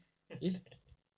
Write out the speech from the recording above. eh